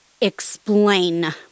Explain